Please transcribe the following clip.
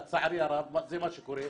לצערי הרב זה מה שקורה.